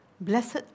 blessed